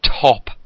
Top